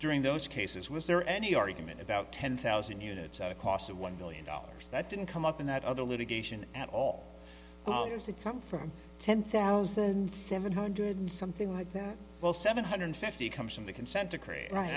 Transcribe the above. during those cases was there any argument about ten thousand units at a cost of one billion dollars that didn't come up in that other litigation at all well does that come from ten thousand seven hundred something like that well seven hundred fifty comes from the consent decree